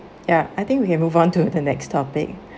ya I think we can move on to the next topic